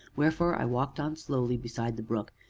wherefore i walked on slowly beside the brook,